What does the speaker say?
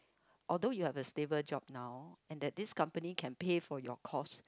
or those you have a stable job now and that this company can pay for your cost